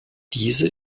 diese